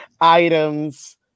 items